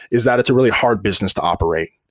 is that it's a really hard business to operate,